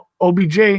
OBJ